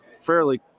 fairly